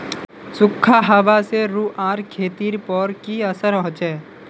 सुखखा हाबा से रूआँर खेतीर पोर की असर होचए?